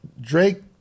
Drake